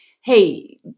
hey